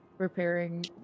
repairing